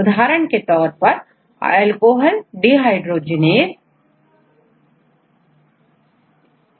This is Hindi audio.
उदाहरण के तौर पर अल्कोहल dehydrogenase एंजाइम यह अल्कोहल को ब्रेकडाउन कर देता है